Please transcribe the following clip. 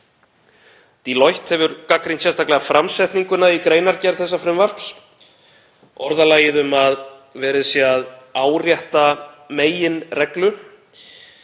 Deloitte hefur gagnrýnt sérstaklega framsetninguna í greinargerð þessa frumvarps, orðalagið um að verið sé að árétta meginreglu,